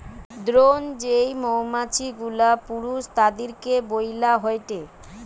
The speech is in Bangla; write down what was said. দ্রোন যেই মৌমাছি গুলা পুরুষ তাদিরকে বইলা হয়টে